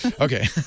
Okay